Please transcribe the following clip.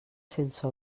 sense